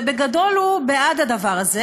ובגדול הוא בעד הדבר הזה.